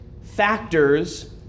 factors